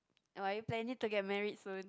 or are you planning to get married soon